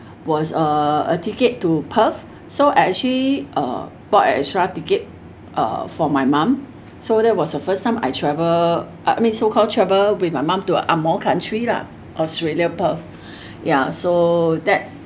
was uh a ticket to perth so I actually uh bought an extra ticket uh for my mom so that was a first time I travel I mean so called travel with my mom to a ang mo country lah australia perth ya so that